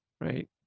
right